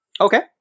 Okay